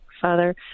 Father